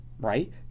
right